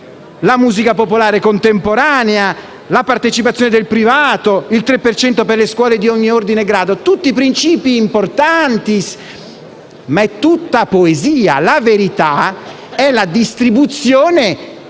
la musica popolare contemporanea la partecipazione del privato, il 3 per cento per le scuole di ogni ordine e grado. Tutti principi importanti, che sono però tutta poesia. La verità è data dalla distribuzione